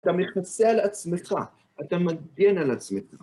אתה מכסה על עצמך, אתה מגן על עצמך.